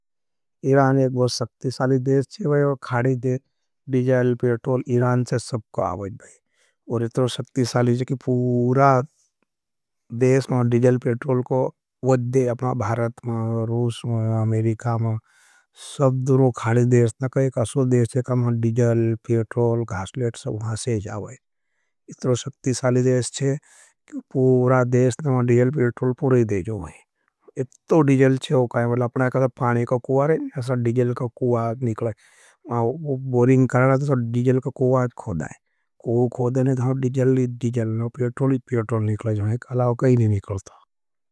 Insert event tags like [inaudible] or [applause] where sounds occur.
इरान एक वह शक्तिशाली देश चे। वही और खाड़ी देश, [hesitation] डिजाल, पेट्रोल, इरान से सबको आवाईद। भाई, और इतनों सक्ति साली चे कि पूरा देश [hesitation] में डिजाल, पेट्रोल को वद्धे अपना भारत में, रूस में, अमेरिका में, सब दूरों खाड़ी देश न कह रूस में डिजाल, पेट्रोल, ग्हास लेट। सब वहां से जावाईद अतनो सक्ति साली देश चे, पूरा देश नमा डिजाल, पेट्रोल पूरे देज होमाई। इतू डिजल छे हो खाए अपना एका का कूआ रहे असा का डिजल का कूआ निखलाए बोरिंग कर मैं आते पर डिजल का कूाँका शिर्फ कर गाए। कूँ कर देने दे लिए डिजल ले डिजल ले प्यरोली प्यरोल निखलाएजो अलाओ कई निमी कौलता।